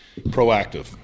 proactive